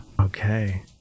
okay